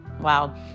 wow